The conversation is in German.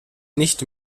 nicht